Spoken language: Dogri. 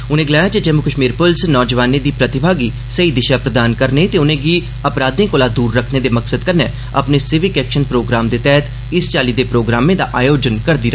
उने गलाया जे जम्मू कश्मीर पुलस नौजवानें दी प्रतिभा गी सेई दिशा प्रदान करने ते उनें'गी अपराघें शा दूर रक्खने दे मकसद कन्नै अपने सिविक एक्शन प्रोग्राम तैहत इस चाल्ली दे प्रोग्रामें दा आयोजन करदी ऐ